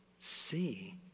see